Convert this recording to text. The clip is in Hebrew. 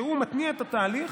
שמתניע את התהליך,